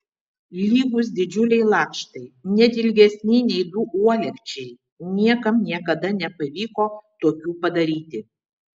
lygūs didžiuliai lakštai net ilgesni nei du uolekčiai niekam niekada nepavyko tokių padaryti